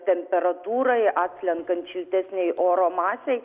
temperatūrai atslenkant šiltesnei oro masei